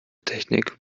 technik